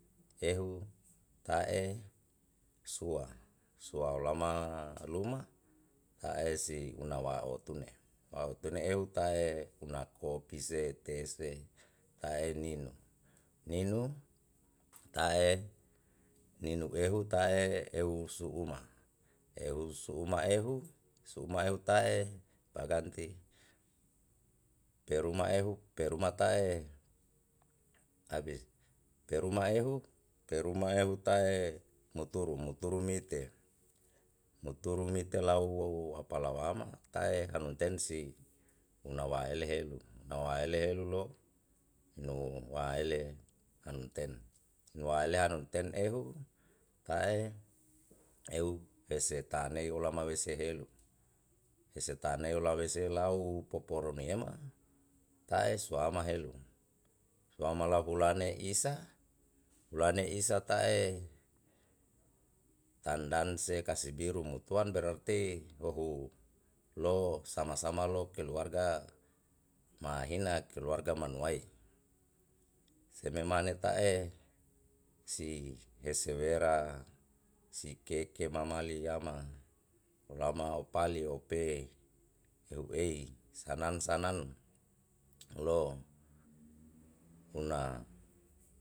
Ehu ta'e sua, sua olama luma ta'e si una waotune waotune ehu ta'e una kopi se teh se ta'e ninu, ninu ta'e ninu ehu ta'e eu suuma, ehu suuma ehu suuma ehu tae baganti peruma ehu peruma tae abis, peruma ehu peruma ehu tae muturu, muturu mite muturu mite lau apalawama tae hanu tensi pula waele heu. puna waele helu lo nuale anten. nuaele hanu ten ehu tae eu pese tanei olama wese helu hese tanei ola wese olau poporo niema tae suama helu ruama lau hulane isa hulane isa ta'e tandan se kasibi rumutuan berarti lohu lo sama sama lo keluarga mahina keluarga manuwai. seme mane ta'e si hese wera si keke mama nliyama olama opali ope ehu ei sanan sanan huna.